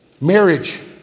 Marriage